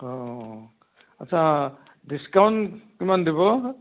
অ' আচ্ছা ডিস্কাউণ্ট কিমান দিব